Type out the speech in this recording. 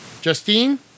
Justine